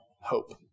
hope